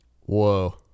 Whoa